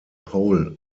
pole